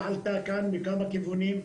שעלתה כאן מכמה כיוונים.